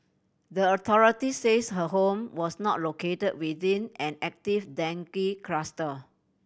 the authorities says her home was not located within an active dengue cluster